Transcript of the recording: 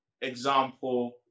example